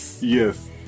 yes